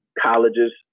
colleges